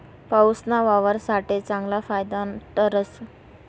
पाऊसना वावर साठे चांगलं फायदानं ठरस